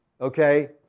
okay